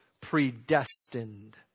predestined